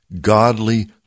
godly